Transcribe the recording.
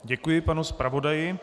Děkuji panu zpravodaji.